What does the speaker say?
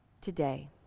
today